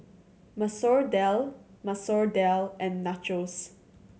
Masoor Dal Masoor Dal and Nachos